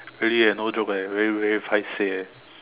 really eh no joke eh very very paiseh eh